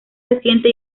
reciente